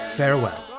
farewell